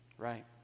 right